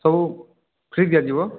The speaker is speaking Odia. ସବୁ ଫ୍ରୀ ଦିଆଯିବ